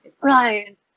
right